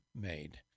made